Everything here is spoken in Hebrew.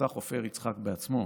אותה חופר יצחק בעצמו,